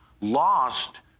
lost